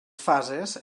fases